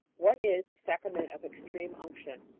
what is the sacrament of extreme unction?